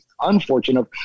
unfortunate